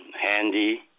handy